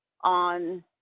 on